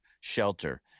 shelter